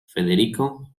federico